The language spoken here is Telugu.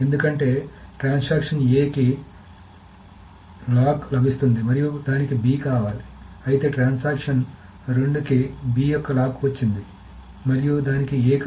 ఎందుకంటే ట్రాన్సాక్షన్ కి A యొక్క లాక్ లభిస్తుంది మరియు దానికి B కావాలి అయితే ట్రాన్సాక్షన్ రెండు కి B యొక్క లాక్ వచ్చింది మరియు దానికి A